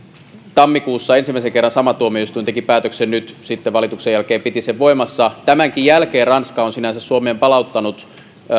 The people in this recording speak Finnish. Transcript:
tammikuussa ensimmäisen kerran sama tuomioistuin teki päätöksen sitten valituksen jälkeen piti sen voimassa tämänkin jälkeen ranska on sinänsä suomeen palauttanut